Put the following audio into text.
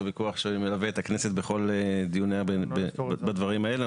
ויכוח שמלווה את הכנסת בכל דיוניה בדברים האלה.